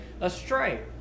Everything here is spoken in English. astray